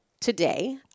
today